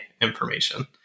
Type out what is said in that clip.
information